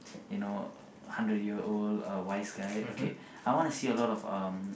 you know hundred year old uh wise guy okay I wanna see a lot of um